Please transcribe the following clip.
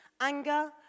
Anger